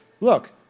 Look